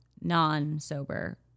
non-sober